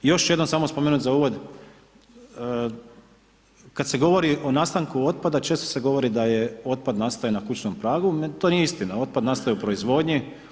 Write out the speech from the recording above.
I još ću jednom samo spomenut za uvod, kad se govori o nastanku otpada često se govori da otpad nastaje na kućnom pragu, to nije istina otpad nastaje u proizvodnji.